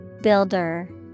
Builder